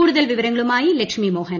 കൂടുതൽ വിവരങ്ങളുമായി ലക്ഷ്മി മോഹൻ